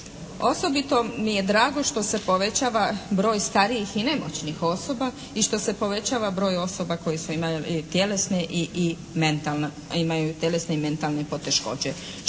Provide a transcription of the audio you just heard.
Osobito mi je drago što se povećava broj starijih i nemoćnih osoba i što se povećava broj osoba koje su imali tjelesne i mentalna,